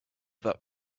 that